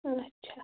اچھا